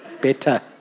better